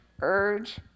urge